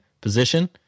position